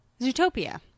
Zootopia